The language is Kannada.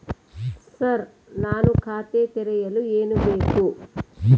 ಸರ್ ನಾನು ಖಾತೆ ತೆರೆಯಲು ಏನು ಬೇಕು?